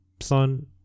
son